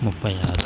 ముప్పై ఆరు